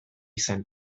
zen